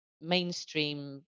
mainstream